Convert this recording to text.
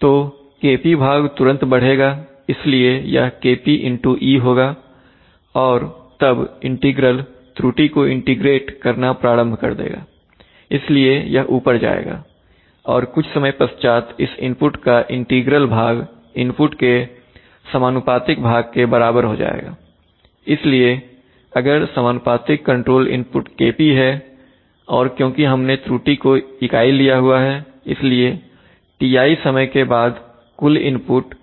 तो Kp भाग तुरंत बढ़ेगा इसलिए यह Kp e होगा और तब इंटीग्रल त्रुटि को इंटीग्रेट करना प्रारंभ कर देगा इसलिए यह ऊपर जाएगा और कुछ समय पश्चात इस इनपुट का इंटीग्रल भाग इनपुट के समानुपातिक भाग के बराबर हो जाएगा इसलिए अगर समानुपातिक कंट्रोल इनपुट Kp हैऔर क्योंकि हमने त्रुटि को इकाई लिया हुआ है इसलिए Ti समय के बाद कुल इनपुट